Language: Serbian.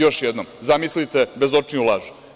Još jednom, zamislite bezočniju laž.